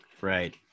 Right